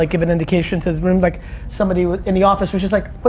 ah give an indication to the room, like somebody in the office was just like, but